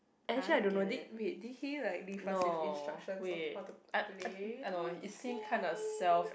actually I don't know did wait did he like leave us with instructions of how to play this game